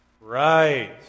Right